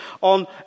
on